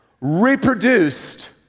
reproduced